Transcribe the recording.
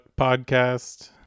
podcast